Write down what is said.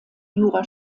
jura